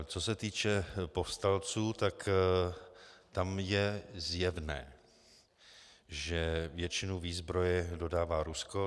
Co se týče povstalců, tam je zjevné, že většinu výzbroje dodává Rusko.